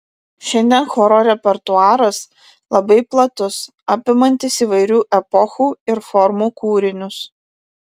šiandien choro repertuaras labai platus apimantis įvairių epochų ir formų kūrinius